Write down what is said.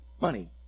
money